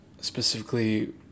specifically